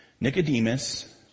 Nicodemus